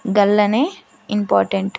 గళ్లానే important